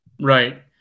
right